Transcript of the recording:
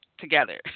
together